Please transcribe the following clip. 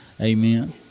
Amen